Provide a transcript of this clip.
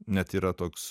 net yra toks